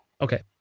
Okay